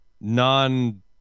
non